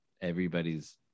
everybody's